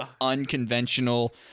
unconventional